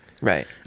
Right